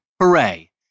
Hooray